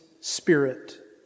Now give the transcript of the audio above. spirit